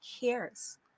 cares